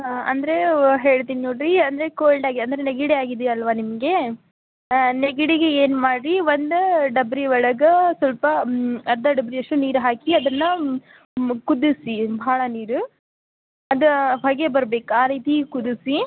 ಹಾಂ ಅಂದರೆ ಹೇಳ್ತಿನಿ ನೋಡ್ರಿ ಅಂದರೆ ಕೋಲ್ಡ್ ಆಗಿದ್ಯ ಅಂದರೆ ನೆಗಡಿ ಆಗಿದೆಯಲ್ವ ನಿಮಗೆ ಹಾಂ ನೆಗಡಿಗೆ ಏನು ಮಾಡಿ ಒಂದು ಡಬ್ರಿ ಒಳಗೆ ಸ್ವಲ್ಪ ಅರ್ಧ ಡಬ್ರಿಯಷ್ಟು ನೀರು ಹಾಕಿ ಅದನ್ನು ಕುದಿಸಿ ಭಾಳ ನೀರು ಅದು ಹೊಗೆ ಬರ್ಬೇಕು ಆ ರೀತಿ ಕುದಿಸಿ